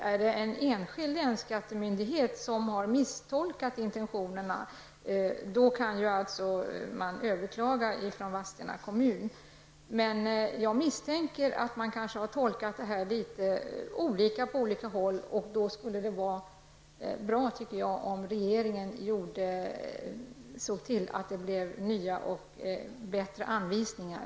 Om det är den enskilda länsskattemyndigheten som har misstolkat intentionerna kan man ju överklaga från Vadstena kommun, men jag misstänker att man kanske har tolkat det här litet olika på olika håll. Då skulle det vara bra om regeringen såg till att det blev nya och bättre anvisningar.